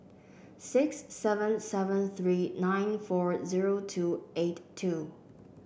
six seven seven three nine four zero two eight two